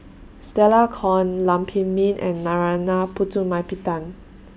Stella Kon Lam Pin Min and Narana Putumaippittan